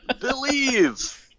Believe